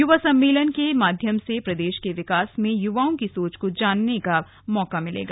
युवा सम्मेलन के माध्यम से प्रदेश के विकास में युवाओं की सोच को जानने का मौका मिलेगा